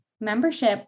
membership